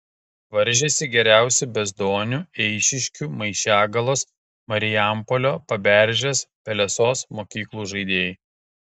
varžėsi geriausi bezdonių eišiškių maišiagalos marijampolio paberžės pelesos mokyklų žaidėjai